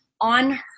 on